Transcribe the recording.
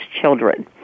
children